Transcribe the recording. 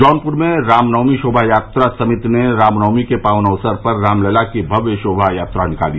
जौनपुर में रामनवमी शोभा यात्रा समिति ने रामनवमी और नव वर्ष के पावन अवसर पर रामलला की भव्य शोभा यात्रा निकाली